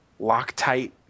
Loctite